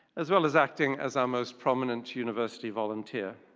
as well as acting as our most prominent university volunteer.